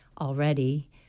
already